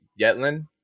Yetlin